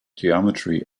geometry